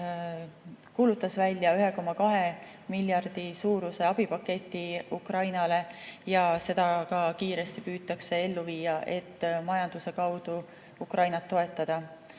kuulutas välja 1,2 miljardi [euro] suuruse abipaketi Ukrainale ja seda ka kiiresti püütakse ellu viia, et majanduse kaudu Ukrainat toetada.